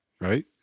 right